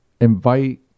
invite